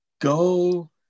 Go